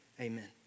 amen